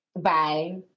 Bye